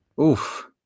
Oof